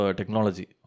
technology